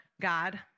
God